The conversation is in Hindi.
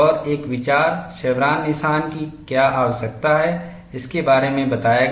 और एक विचार शेवरॉन निशान की क्या आवश्यकता है इसके बारे में बताया गया